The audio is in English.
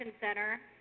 Center